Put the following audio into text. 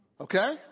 Okay